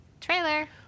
Trailer